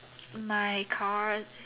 my card